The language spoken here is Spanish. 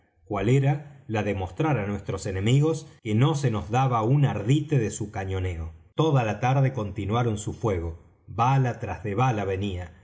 cual era la de mostrar á nuestros enemigos que no se nos daba un ardite de su cañoneo toda la tarde continuaron su fuego bala tras de bala venía